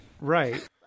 Right